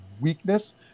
weakness